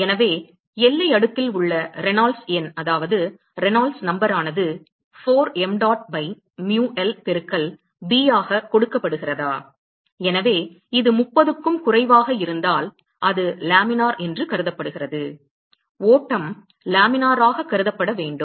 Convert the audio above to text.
எனவே எல்லை அடுக்கில் உள்ள ரெனால்ட்ஸ் எண்ணானது 4 mdot பை mu l பெருக்கல் b ஆக கொடுக்கப்படுகிறதா எனவே இது 30 க்கும் குறைவாக இருந்தால் அது லேமினார் என்று கருதப்படுகிறது ஓட்டம் லேமினராகக் கருதப்பட வேண்டும்